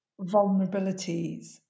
vulnerabilities